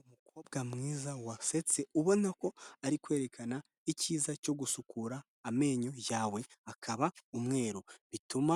Umukobwa mwiza wasetse, ubona ko ari kwerekana ikiza cyo gusukura amenyo yawe akaba umweru, bituma